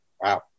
Wow